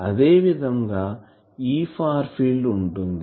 అదేవిధంగా E far field ఉంటుంది